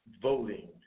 voting